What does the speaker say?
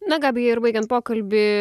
na gabija ir baigiant pokalbį